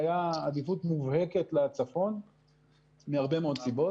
והייתה עדיפות מובהקת לצפון מהרבה מאוד סיבות.